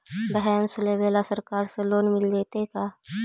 भैंस लेबे ल सरकार से लोन मिल जइतै का?